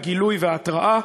הגילוי וההתרעה.